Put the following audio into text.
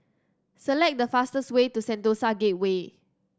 select the fastest way to Sentosa Gateway